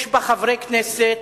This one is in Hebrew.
יש בה חברי כנסת,